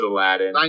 Aladdin